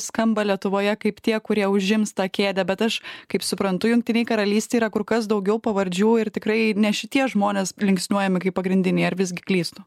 skamba lietuvoje kaip tie kurie užims tą kėdę bet aš kaip suprantu jungtinėj karalystėj yra kur kas daugiau pavardžių ir tikrai ne šitie žmonės linksniuojami kaip pagrindiniai ar visgi klystu